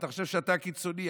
אתה חושב שאתה קיצוני?